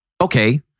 okay